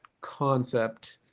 concept